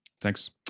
Thanks